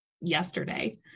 yesterday